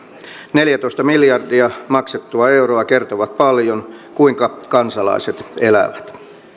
neljätoista miljardia maksettua euroa kertoo paljon siitä kuinka kansalaiset elävät